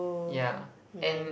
ya and